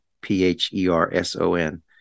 p-h-e-r-s-o-n